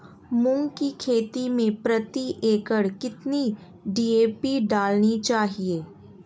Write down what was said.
मूंग की खेती में प्रति एकड़ कितनी डी.ए.पी डालनी चाहिए?